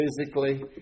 Physically